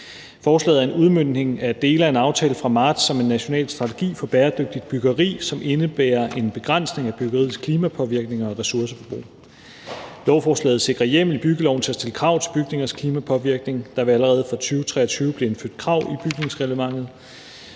Forslaget er en udmøntning af dele af en aftale fra marts om en national strategi for bæredygtigt byggeri, som indebærer en begrænsning af byggeriets klimapåvirkninger og ressourceforbrug. Lovforslaget sikrer hjemmel i byggeloven til at stille krav til bygningers klimapåvirkning. Der vil allerede fra 2023 blive indført krav i bygningsreglementet,